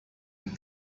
und